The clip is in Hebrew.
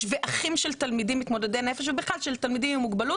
ואחים של תלמידים מתמודדי נפש ובכלל של תלמידים עם מוגבלות,